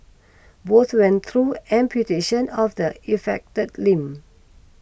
both went through amputation of the affected limb